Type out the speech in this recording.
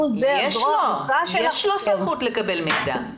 הזרוע הארוכה של המשרד --- יש לו סמכות לקבל את המידע.